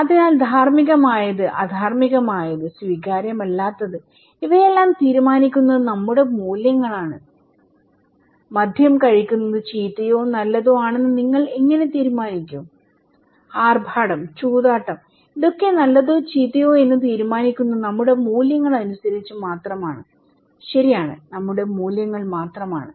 അതിനാൽ ധാർമ്മികമായത് അധാർമ്മികമായത് സ്വീകാര്യമല്ലാത്തത് ഇവയെല്ലാം തീരുമാനിക്കുന്നത് നമ്മുടെ മൂല്യങ്ങളാണ് മദ്യം കഴിക്കുന്നത് ചീത്തയോ നല്ലതോ ആണെന്ന് നിങ്ങൾ എങ്ങനെ തീരുമാനിക്കും ആർഭാടം ചൂതാട്ടം ഇതൊക്കെ നല്ലതോ ചീത്തയോ എന്ന് തീരുമാനിക്കുന്നത് നമ്മുടെ മൂല്യങ്ങൾ അനുസരിച്ചു മാത്രമാണ് ശരിയാണ് നമ്മുടെ മൂല്യങ്ങൾ മാത്രമാണ്